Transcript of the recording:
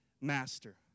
master